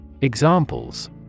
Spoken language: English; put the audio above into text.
Examples